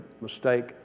mistake